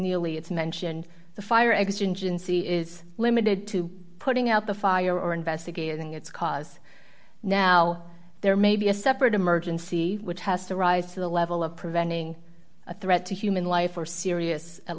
ely it's mentioned the fire exit engine c is limited to putting out the fire investigating its cause now there may be a separate emergency which has to rise to the level of preventing a threat to human life or serious at